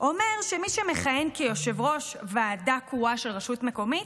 אומר שמי שמכהן כיושב-ראש ועדה קרואה של רשות מקומית,